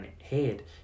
head